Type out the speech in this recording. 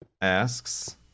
asks